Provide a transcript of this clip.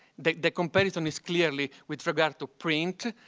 the the comparison is clearly with regard to print,